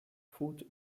faute